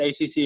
ACC